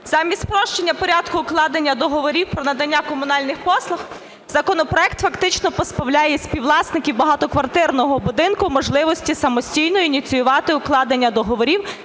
Замість спрощення порядку укладення договорів про надання комунальних послуг, законопроект фактично позбавляє співвласників багатоквартирного будинку можливості самостійно ініціювати укладення договорів